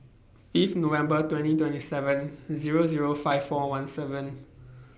Fifth November twenty twenty seven Zero Zero five four one seven